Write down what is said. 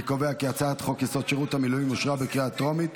אני קובע כי הצעת חוק-יסוד: שירות המילואים אושרה בקריאה הטרומית